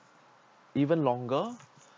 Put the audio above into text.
even longer